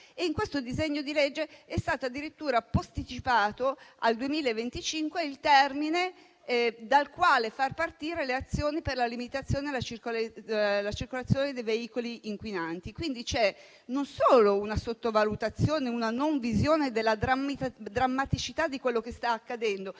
In quel disegno di legge è stato addirittura posticipato, al 2025, il termine dal quale far partire le azioni per la limitazione alla circolazione dei veicoli inquinanti. Quindi, non solo vi è una sottovalutazione, una non visione della drammaticità di quello che sta accadendo,